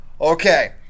Okay